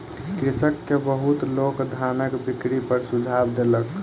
कृषक के बहुत लोक धानक बिक्री पर सुझाव देलक